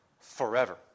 forever